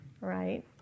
right